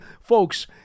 folks